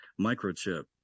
microchip